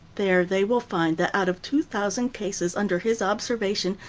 there they will find that out of two thousand cases under his observation,